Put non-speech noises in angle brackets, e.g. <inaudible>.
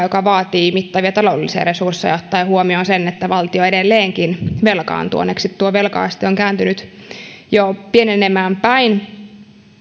<unintelligible> joka vaatii mittavia taloudellisia resursseja ottaen huomion sen että valtio edelleenkin velkaantuu onneksi tuo velka aste on jo kääntynyt pienenemään päin